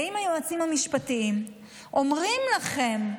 באים היועצים המשפטיים ואומרים לכם: